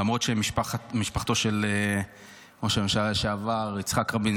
למרות שמשפחתו של ראש הממשלה לשעבר יצחק רבין,